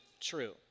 true